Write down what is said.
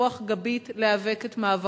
רוח גבית להיאבק את מאבקו.